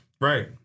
Right